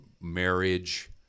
marriage